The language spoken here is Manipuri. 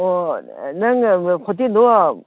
ꯑꯣ ꯅꯪ ꯍꯣꯇꯦꯜꯗꯣ